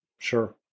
Sure